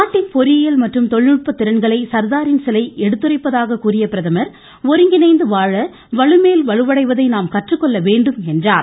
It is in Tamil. நாட்டின் பொறியியல் மந்றும் தொழில்நுட்ப திறன்களை சர்தாரின் சிலை எடுத்துரைப்பதாக கூறிய பிரதமா ஒருங்கிணைந்து வாழ வலுமேல் வலுவடைவதை நாம் கற்றுக்கொள்ள வேண்டும் என்று கூறினார்